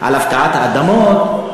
על הפקעת האדמות?